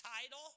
Title